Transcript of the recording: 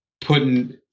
putting